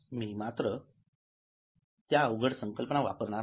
मी मात्र त्या अवघड संकल्पना वापरणार नाही